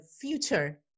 future